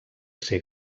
ser